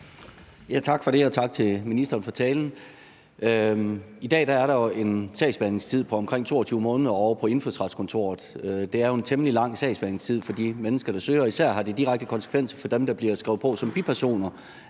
Tak for det, og tak til ministeren for talen. I dag er der jo en sagsbehandlingstid på omkring 22 måneder ovre på Indfødsretskontoret. Det er jo en temmelig lang sagsbehandlingstid for de mennesker, der søger, og især har det direkte konsekvens for dem, der bliver skrevet på som bipersoner,